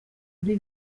kuri